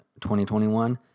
2021